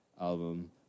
album